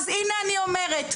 אז הינה אני אומרת.